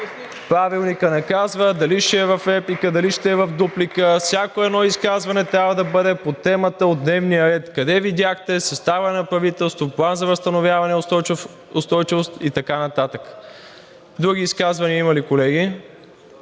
Правилникът не казва дали ще е в реплика, дали ще е в дуплика. Всяко едно изказване трябва да бъде по темата от дневния ред. Къде видяхте съставяне на правителство, План за възстановяване и устойчивост и така нататък? Други изказвания, има ли, колеги?